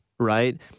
right